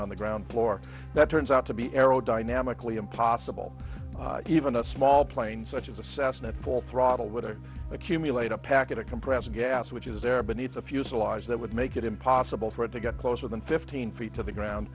on the ground floor that turns out to be aerodynamically impossible even a small plane such as assassin at full throttle with it accumulate a packet of compressed gas which is there beneath the fuselage that would make it impossible for it to get closer than fifteen feet to the ground